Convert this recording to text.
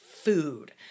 food